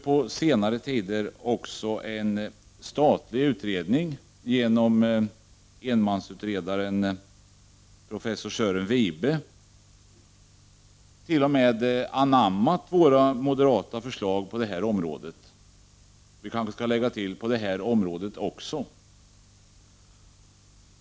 På senare tid har också en statlig utredning, genom enmansutredaren professor Sören Wibe, t.o.m. anammat våra moderata förslag på det här området — eller skall jag säga på det här området också.